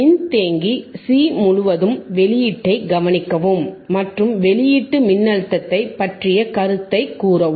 மின்தேக்கி சி முழுவதும் வெளியீட்டைக் கவனிக்கவும் மற்றும் வெளியீட்டு மின்னழுத்தத்தை பற்றிய கருத்தை கூறவும்